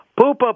Poopa